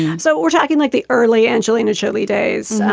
so we're talking like the early angelina jolie days.